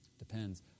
depends